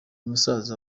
musaza